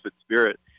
spirit